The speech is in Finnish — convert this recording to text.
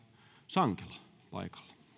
sankelo